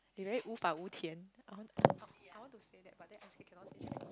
they very 无法无天 I want to I want to say that but I scared cannot say chinese